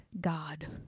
God